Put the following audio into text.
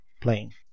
playing